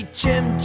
chim